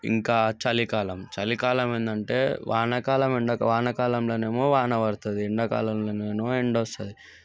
ఇంకా చలికాలం చలికాలం ఏంటంటే వానాకాలం ఎండ వానాకాలంలో ఏమో వాన పడుతుంది ఎండాకాలంలో ఏమో ఎండ వస్తుంది